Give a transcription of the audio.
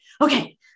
okay